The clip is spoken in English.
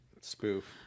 spoof